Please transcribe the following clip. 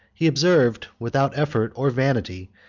he observed, without effort or vanity,